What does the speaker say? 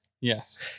Yes